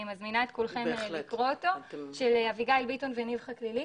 ממזינה את כולכם לקרוא אותו של אביגיל ביטון וניר חכלילי,